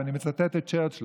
ואני מצטט את צ'רצ'יל,